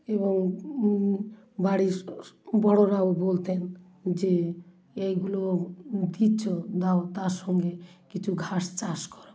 এবং বাড়ির বড়োরাও বলতেন যে এইগুলো দিচ্ছো দাও তার সঙ্গে কিচু ঘাস চাষ করো